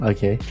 Okay